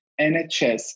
NHS